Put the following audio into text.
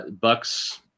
Bucks